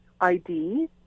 ID